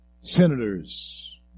Senators